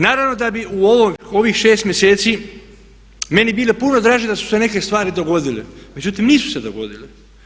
Naravno da bi u ovih šest mjeseci meni bilo puno draže da su se neke stvari dogodile, međutim nisu se dogodile.